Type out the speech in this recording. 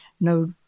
no